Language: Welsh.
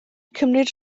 cymryd